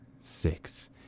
six